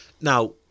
now